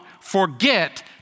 forget